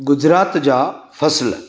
गुजरात जा फ़सुलु